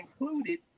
included